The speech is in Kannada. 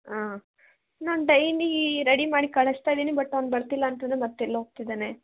ಹಾಂ ನಾನು ಡೈಲಿ ರೆಡಿ ಮಾಡಿ ಕಳಿಸ್ತಾ ಇದ್ದೀನಿ ಬಟ್ ಅವ್ನು ಬರ್ತಿಲ್ಲ ಅಂತಂದರೆ ಮತ್ತೆಲ್ಲಿ ಹೋಗ್ತಿದಾನೆ